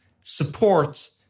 support